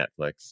Netflix